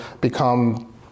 become